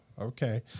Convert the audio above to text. okay